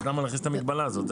אז למה להכניס את המגבלה הזאת.